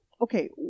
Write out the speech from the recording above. okay